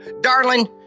Darling